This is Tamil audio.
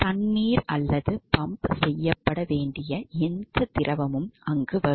தண்ணீர் அல்லது பம்ப் செய்யப்பட வேண்டிய எந்த திரவமும் அங்கு வரும்